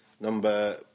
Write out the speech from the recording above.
number